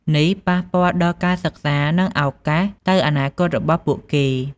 នេះប៉ះពាល់ដល់ការសិក្សា និងឱកាសទៅអនាគតរបស់ពួកគេ។